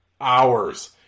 hours